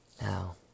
now